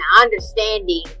understanding